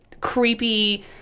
creepy